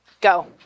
go